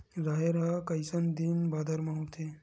राहेर ह कइसन दिन बादर म होथे?